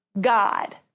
God